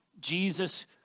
Jesus